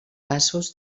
passos